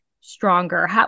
stronger